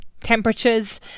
temperatures